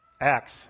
Acts